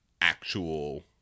actual